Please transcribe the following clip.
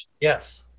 Yes